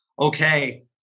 Okay